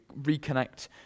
reconnect